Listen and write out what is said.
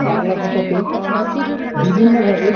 বাংলা ভাষাকে বিভিন্নভাবে